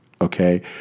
Okay